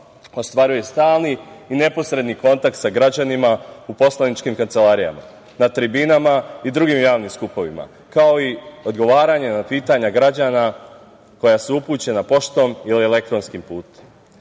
ostvaruje stalni i neposredni kontakt sa građanima u poslaničkim kancelarijama, na tribinama i drugim javnim skupovima, kao i odgovaranje na pitanja građana koja su upućena poštom ili elektronskim putem. Moram